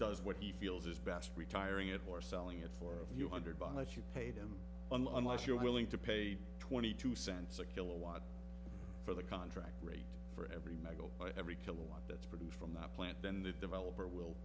does what he feels is best retiring it or selling it for a few hundred bucks you paid him unless you're willing to pay twenty two cents a kilowatt for the contract rate for every mego by every kilowatt that's produced from that plant then the developer will